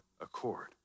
accord